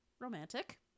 Romantic